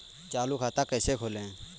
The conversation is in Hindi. चालू खाता कैसे खोलें?